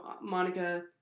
Monica